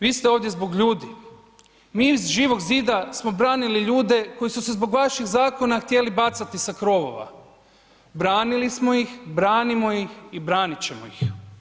Vi ste ovdje zbog ljudi, mi iz Živog zida smo branili ljude koji su se zbog vaših zakona htjeli bacati sa krovova, branili smo ih, branimo ih i branit ćemo ih.